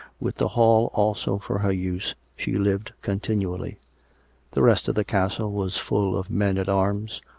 with the hall also for her use, she lived continually the rest of the castle was full of men-at-arms,